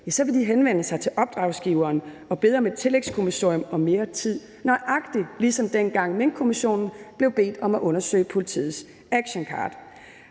så vil de henvende sig til opdragsgiveren og bede om et tillægskommissorium og mere tid, nøjagtig ligesom dengang Minkkommissionen blev bedt om at undersøge politiets actioncard.